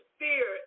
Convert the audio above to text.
fear